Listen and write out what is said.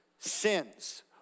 Sins